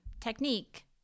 technique